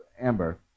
Amber